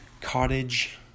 cottage